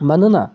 मानोना